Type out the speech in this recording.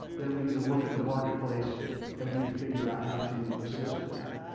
then we need to look at the marketplace and we need to figure out how to assist in that.